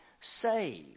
saved